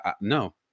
no